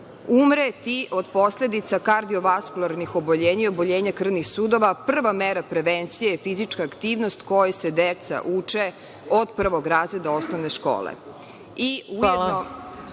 umreti od posledica kardiovaskularnih oboljenja i oboljenja krvnih sudova. Prva mera prevencije je fizička aktivnost kojoj se deca uče od prvog razreda osnovne škole.I